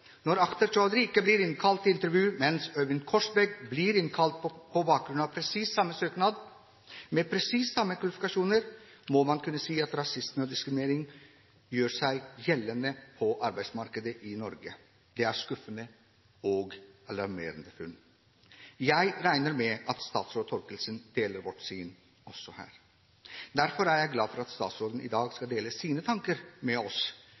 til intervju, mens Øyvind Korsberg blir innkalt, på bakgrunn av presis samme søknad, med presis samme kvalifikasjoner, må man kunne si at rasisme og diskriminering gjør seg gjeldende på arbeidsmarkedet i Norge. Det er skuffende og alarmerende funn. Jeg regner med at statsråd Thorkildsen deler vårt syn også her. Derfor er jeg glad for at statsråden i dag skal dele sine tanker med oss